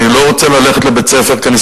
אני לא רוצה ללכת לבית-הספר כי אני